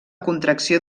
contracció